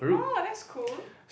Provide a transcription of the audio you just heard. oh that's cool